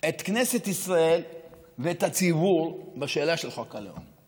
את כנסת ישראל ואת הציבור בשאלה של חוק הלאום?